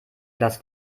glas